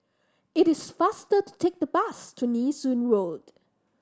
it is faster to take the bus to Nee Soon Road